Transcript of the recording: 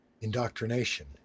indoctrination